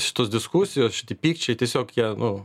šitos diskusijos šiti pykčiai tiesiog ją nu